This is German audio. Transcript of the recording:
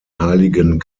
heiligen